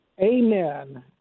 amen